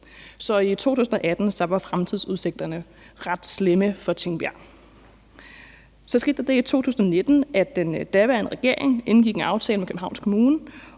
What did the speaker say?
Så i 2018 var fremtidsudsigterne ret slemme for Tingbjerg. Så skete der det i 2019, at den daværende regering indgik en aftale med Københavns Kommune